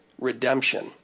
redemption